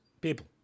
people